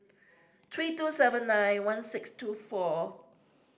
three two seven nine one six two four